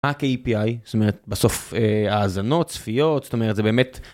כ-API, זאת אומרת, בסוף האזנות, צפיות, זאת אומרת, זה באמת.